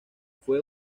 fue